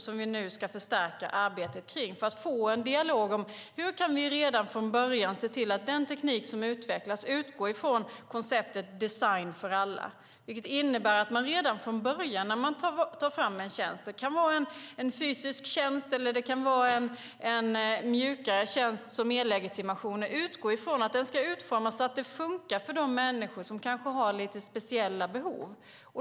Det ska vi nu förstärka arbetet med för att få en dialog om hur vi redan från början kan se till att den teknik som utvecklas utgår från konceptet Design för alla. Design för alla innebär att man när man tar fram en tjänst - det kan vara en fysisk tjänst eller en mjukare tjänst som e-legitimation - redan från början utgår från att den ska utformas så att den funkar för de människor som kanske har speciella behov.